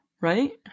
Right